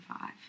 five